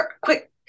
quick